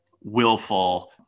willful